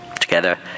together